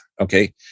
okay